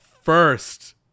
first